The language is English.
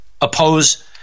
oppose